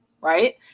right